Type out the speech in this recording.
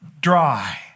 dry